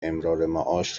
امرارمعاش